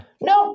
No